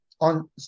on